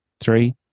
Three